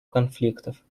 конфликтов